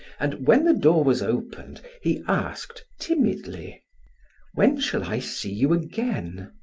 and when the door was opened, he asked timidly when shall i see you again?